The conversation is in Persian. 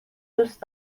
دوست